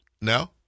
no